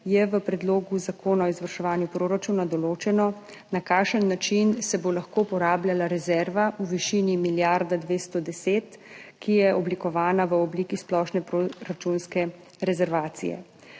je v predlogu zakona o izvrševanju proračuna določeno, na kakšen način se bo lahko uporabljala rezerva v višini 1 milijarda 210, ki je oblikovana v obliki splošne proračunske rezervacije.